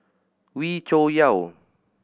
Wee Cho Yaw